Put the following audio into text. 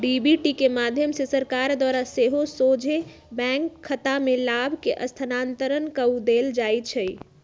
DBT के माध्यम से सरकार द्वारा सेहो सोझे बैंक खतामें लाभ के स्थानान्तरण कऽ देल जाइ छै